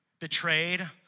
betrayed